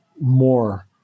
more